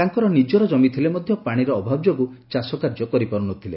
ତାଙ୍କର ନିକର କମି ଥିଲେ ମଧ୍ଧ ପାଶିର ଅଭାବ ଯୋଗୁଁ ଚାଷକାର୍ଯ୍ୟ କରିପାରୁନଥିଲେ